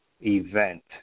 event